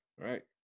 right